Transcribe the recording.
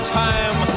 time